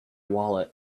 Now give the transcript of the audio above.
wallet